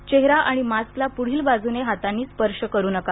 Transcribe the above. चेहरा आणि मास्कला पुढील बाजूने हातांनी स्पर्श करु नका